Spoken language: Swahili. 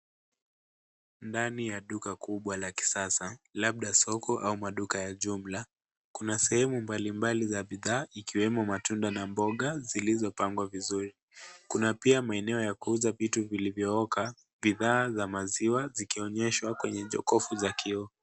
Ndani ya duka kubwa la kisasa, labda soko au maduka ya jumla. Kuna sehemu mbalimbali za bidhaa, ikiwemo matunda na mboga zilizo pangwa vizuri. Kuna pia maeneo ya kuuza vitu vilivyo oka, bidhaa za maziwa zikiwonyeshwa kwenye jokofu za kioo.